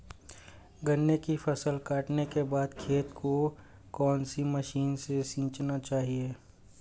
गन्ने की फसल काटने के बाद खेत को कौन सी मशीन से सींचना चाहिये?